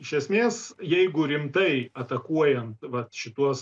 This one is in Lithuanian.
iš esmės jeigu rimtai atakuojant vat šituos